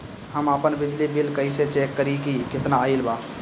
हम आपन बिजली बिल कइसे चेक करि की केतना आइल बा?